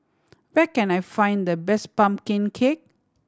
where can I find the best pumpkin cake